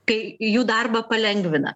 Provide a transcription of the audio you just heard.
kai jų darbą palengvina